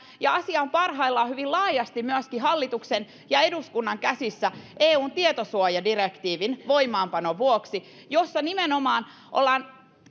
ja asia on parhaillaan hyvin laajasti myöskin hallituksen ja eduskunnan käsissä eun tietosuojadirektiivin voimaanpanon vuoksi siinä nimenomaan ollaan